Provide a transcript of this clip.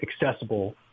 accessible